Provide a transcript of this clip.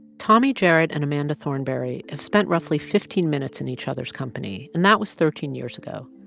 tommy jarrett and amanda thornberry have spent roughly fifteen minutes in each other's company, and that was thirteen years ago.